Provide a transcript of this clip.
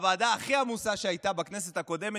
הוועדה הכי עמוסה שהייתה בכנסת הקודמת,